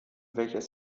welches